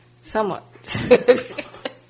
Somewhat